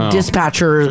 Dispatcher